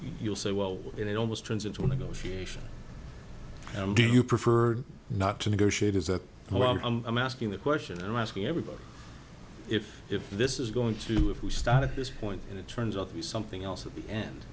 you'll say well it almost turns into a negotiation and do you prefer not to negotiate is that well i'm i'm asking the question i'm asking everybody if if this is going to if we start at this point and it turns out to be something else at the end